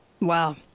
Wow